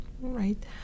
right